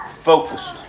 focused